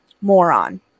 moron